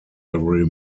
every